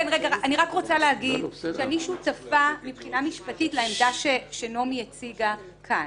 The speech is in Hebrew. אני רק רוצה להגיד שאני שותפה מבחינה משפטית לעמדה שנעמי הציגה כאן.